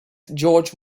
george